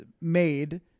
made